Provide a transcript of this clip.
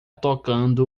tocando